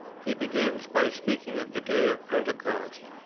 he begins by speaking of the day of pentecost,